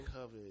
covered